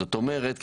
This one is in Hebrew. זאת אומרת,